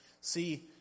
see